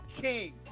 King